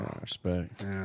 respect